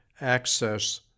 access